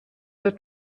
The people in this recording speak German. der